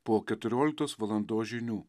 po keturioliktos valandos žinių